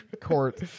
Court